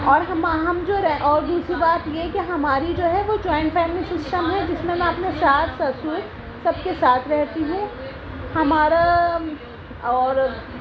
اور ہمہ ہم جو اور دوسری بات یہ کہ ہماری جو ہے وہ جوائنٹ فیملی سسٹم ہے جس میں اپنے ساس سسر سب کے ساتھ رہتی ہوں ہمارا اور